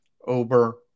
over